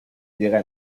llega